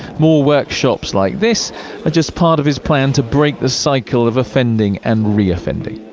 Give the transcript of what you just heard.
more workshops like this are just part of his plan to break the cycle of offending and reoffending.